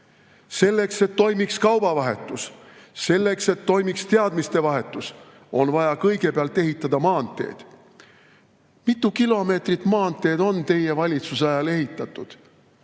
selleks, et toimiks kaubavahetus, selleks, et toimiks teadmiste vahetus, on vaja kõigepealt ehitada maanteed. Mitu kilomeetrit maanteed on teie valitsuse ajal ehitatud?